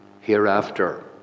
hereafter